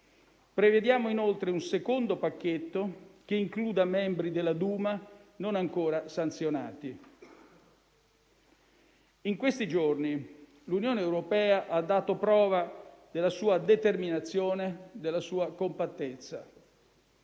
Prevediamo inoltre un secondo pacchetto, che includa membri della Duma non ancora sanzionati. In questi giorni l'Unione europea ha dato prova della sua determinazione, della sua compattezza.